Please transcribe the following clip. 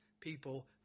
people